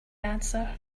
answer